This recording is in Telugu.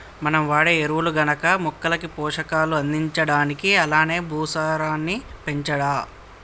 మనం వాడే ఎరువులు గనక మొక్కలకి పోషకాలు అందించడానికి అలానే భూసారాన్ని పెంచడా